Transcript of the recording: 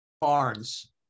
Barnes